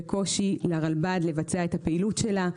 וקושי של הרלב"ד לבצע את הפעילות שלו.